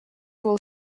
will